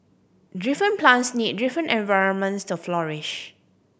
different plants need different environments to flourish